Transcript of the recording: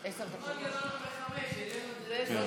כמעט גמרנו בחמש, העלינו את זה לעשר.